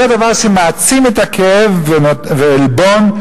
זה דבר שמעצים את הכאב והעלבון,